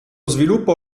sviluppo